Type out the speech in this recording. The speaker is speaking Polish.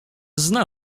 zna